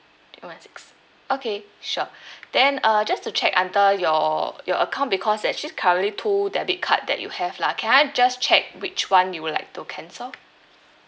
eight one six okay sure then uh just to check under your your account because there's actually currently two debit card that you have lah can I just check which [one] you would like to cancel